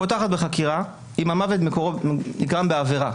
פותחת בחקירה, אם המוות נגרם בעבירה.